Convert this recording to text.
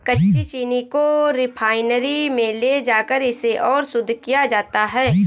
कच्ची चीनी को रिफाइनरी में ले जाकर इसे और शुद्ध किया जाता है